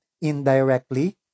indirectly